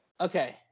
Okay